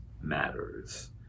matters